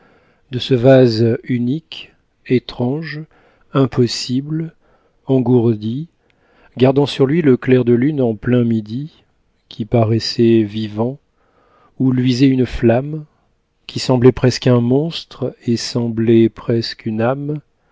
songes ce vase unique étrange impossible engourdi gardant sur lui le clair de lune en plein midi qui paraissait vivant où luisait une flamme qui semblait presque un monstre et semblait presque une âme